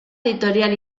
editorial